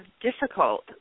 difficult